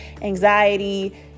anxiety